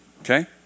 okay